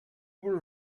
were